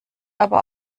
aber